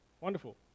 Wonderful